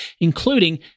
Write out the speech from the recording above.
including